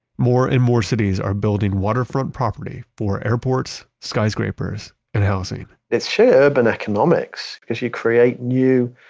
more and more cities are building waterfront property for airports, skyscrapers and housing. it's sheer urban economics. as you create new